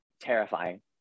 Terrifying